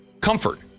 comfort